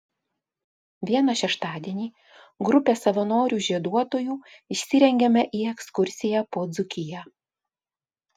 vieną šeštadienį grupė savanorių žieduotojų išsirengėme į ekskursiją po dzūkiją